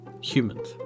humans